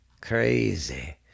Crazy